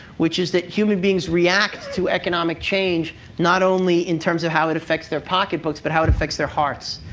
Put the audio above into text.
which is that human beings react to economic change not only in terms of how it affects their pocketbooks, but how it affects their hearts,